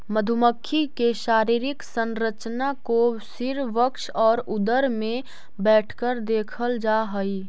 मधुमक्खी के शारीरिक संरचना को सिर वक्ष और उदर में बैठकर देखल जा हई